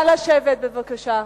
בבקשה.